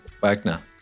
Wagner